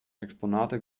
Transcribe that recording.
exponate